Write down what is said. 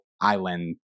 Island